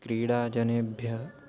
क्रीडाजनेभ्यः